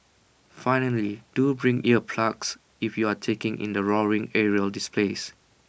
finally do bring ear plugs if you are taking in the roaring aerial displays